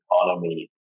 economy